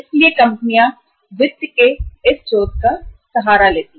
इसलिए कंपनियां वित्त के इस स्रोत का सहारा लेती हैं